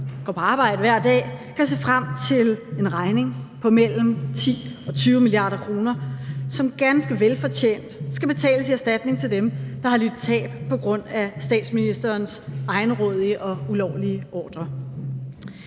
går på arbejde hver dag, kan se frem til en regning på mellem 10 og 20 mia. kr., som ganske velfortjent skal betales i erstatning til dem, der har lidt tab på grund af statsministerens egenrådige og ulovlige ordre.